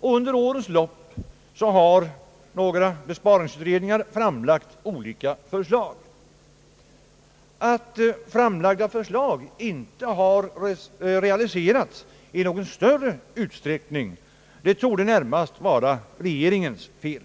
och under årens lopp har några besparingsutredningar framlagt olika förslag. Att framlagda förslag inte har realiserats i någon större utsträckning torde närmast vara regeringens fel.